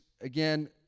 again—